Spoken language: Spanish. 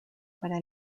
para